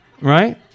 Right